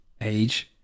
age